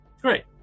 Great